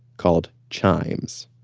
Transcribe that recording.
called chimes.